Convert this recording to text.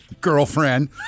Girlfriend